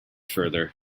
further